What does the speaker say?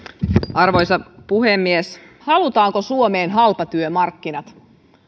arvoisa puhemies halutaanko suomeen halpatyömarkkinat